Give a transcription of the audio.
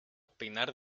pinar